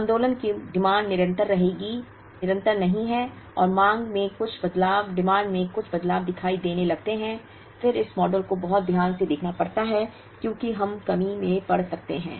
आंदोलन की मांग निरंतर नहीं है और मांग में कुछ बदलाव दिखाई देने लगते हैं फिर इस मॉडल को बहुत ध्यान से देखना पड़ता है क्योंकि हम कमी में पड़ सकते हैं